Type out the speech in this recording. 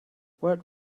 what